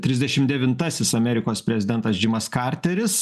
trisdešim devintasis amerikos prezidentas džimas karteris